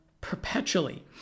perpetually